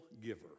giver